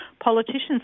politicians